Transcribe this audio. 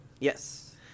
Yes